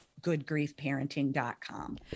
goodgriefparenting.com